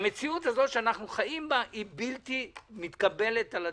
במציאות הזאת שאנחנו חיים בה היא בלתי מתקבלת על הדעת.